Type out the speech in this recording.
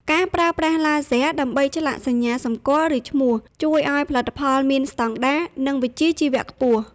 ការប្រើប្រាស់ឡាស៊ែរដើម្បីឆ្លាក់សញ្ញាសម្គាល់ ឬឈ្មោះ ជួយឱ្យផលិតផលមានស្តង់ដារ និងវិជ្ជាជីវៈខ្ពស់។